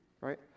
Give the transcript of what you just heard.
right